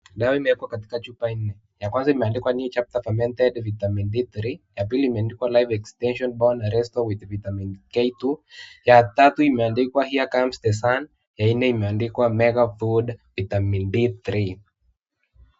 Dawa imewekwa katika chupa nne. Ya kwanza imeandikwa New Chapter Fermented Vitamin D three . Ya pili imeandikwa Live Extension Bone Restore with Vitamin K two . Ya tatu imeandikwa Here Comes The Sun . Ya nne imeandikwa Mega Food Vitamin D three .